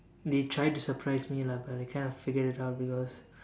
they tried to surprise me lah but I kind of figured it out because